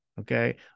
Okay